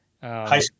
high